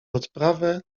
odprawę